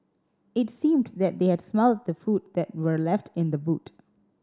it seemed that they had smelt the food that were left in the boot